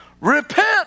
Repent